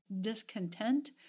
discontent